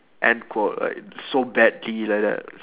end quote like so badly like that